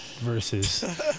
versus